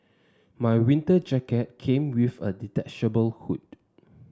my winter jacket came with a detachable hood